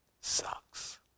sucks